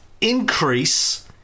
increase